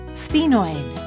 sphenoid